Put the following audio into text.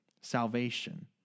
salvation